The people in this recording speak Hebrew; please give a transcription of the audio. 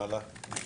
הצבעה אושר.